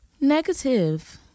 Negative